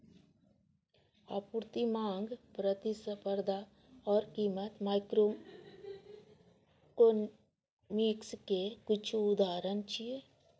आपूर्ति, मांग, प्रतिस्पर्धा आ कीमत माइक्रोइकोनोमिक्स के किछु उदाहरण छियै